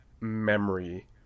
memory